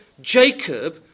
Jacob